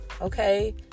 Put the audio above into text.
okay